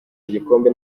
igikombe